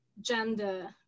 gender